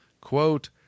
Quote